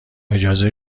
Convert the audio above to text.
اجازه